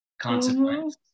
consequence